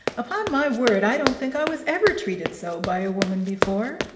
upon my word i don't think i was ever treated so by a woman before.